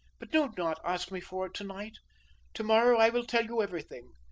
but do not ask me for it to-night. to-morrow i will tell you everything.